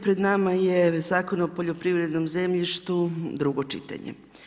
Pred nama je Zakon o poljoprivrednom zemljištu, drugo čitanje.